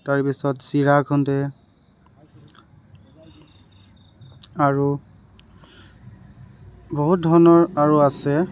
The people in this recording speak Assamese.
তাৰপিছত চিৰা খুন্দে আৰু বহুত ধৰণৰ আৰু আছে